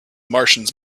martians